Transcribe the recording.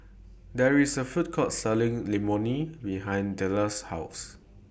There IS A Food Court Selling Imoni behind Dellar's House